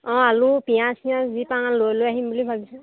অঁ আলু পিঁয়াজ চিঁয়াজ যি পাও লৈ লৈ আহিম বুলি ভাবিছোঁ